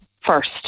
first